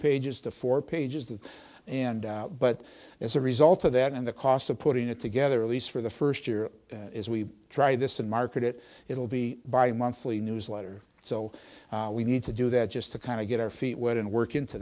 pages to four pages that and but as a result of that and the cost of putting it together at least for the first year as we try this and market it it'll be by monthly newsletter so we need to do that just to kind of get our feet wet and work into